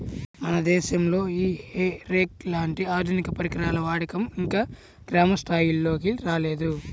మన దేశంలో ఈ హే రేక్ లాంటి ఆధునిక పరికరాల వాడకం ఇంకా గ్రామ స్థాయిల్లోకి రాలేదు